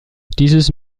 dieses